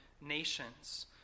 nations